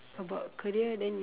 about career then you